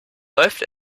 läuft